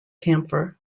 camphor